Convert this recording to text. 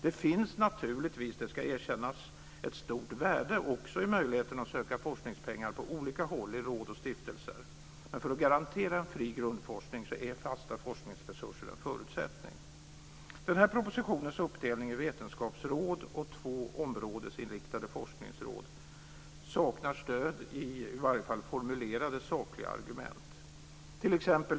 Det finns naturligtvis - det ska erkännas - ett stort värde i möjligheten att söka forskningspengar på olika håll i råd och stiftelser, men för att garantera en fri grundforskning är fasta forskningsresurser en förutsättning. Den här propositionens uppdelning i vetenskapsråd och två områdesinriktade forskningsråd saknar stöd i i varje fall formulerade sakliga argument.